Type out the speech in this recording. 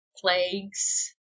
Plagues